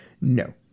no